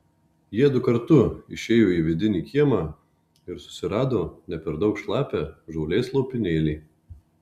jiedu kartu išėjo į vidinį kiemą ir susirado ne per daug šlapią žolės lopinėlį